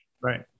Right